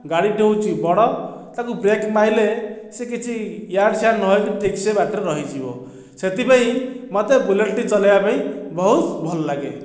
ଗାଡ଼ିଟି ହେଉଛି ବଡ଼ ତାକୁ ବ୍ରେକ ମାରିଲେ ସେ କିଛି ଇଆଡ଼େ ସିଆଡ଼େ ନ ହୋଇକି ଠିକସେ ବାଟରେ ରହିଯିବ ସେଥିପାଇଁ ମୋତେ ବୁଲେଟଟି ଚଲେଇବା ପାଇଁ ବହୁତ ଭଲ ଲାଗେ